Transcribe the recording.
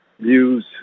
views